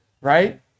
right